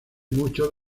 muchos